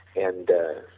and